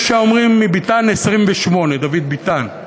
יש האומרים מביתן 28, דוד ביטן.